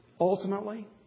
ultimately